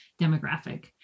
demographic